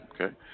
Okay